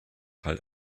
halt